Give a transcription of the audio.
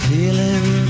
Feeling